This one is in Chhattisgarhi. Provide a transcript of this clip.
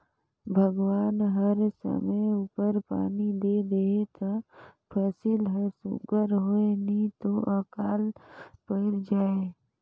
भगवान हर समे उपर पानी दे देहे ता फसिल हर सुग्घर होए नी तो अकाल पइर जाए